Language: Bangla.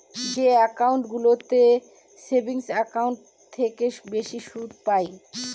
যে একাউন্টগুলোতে সেভিংস একাউন্টের থেকে বেশি সুদ পাই